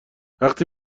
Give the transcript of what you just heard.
وقتی